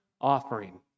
offering